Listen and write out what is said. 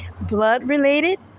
blood-related